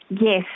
Yes